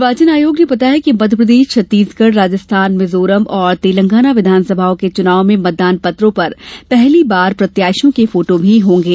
निर्वाचन आयोग ने बताया कि मध्यप्रदेश छत्तीसगढ़ राजस्थान मिजोरम और तेलंगाना विघानसभाओं के चुनाव में मतदान पत्रों पर पहली बार प्रत्यााशियों के फोटो भी होंगे